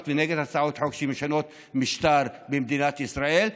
ונגד הצעות חוק שמשנות משטר במדינת ישראל,